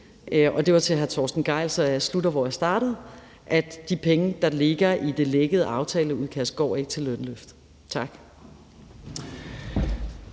Det er til hr. Torsten Gejl, så jeg slutter, hvor jeg startede, nemlig at de penge, der ligger i det lækkede aftaleudkast, ikke går til lønløft. Tak.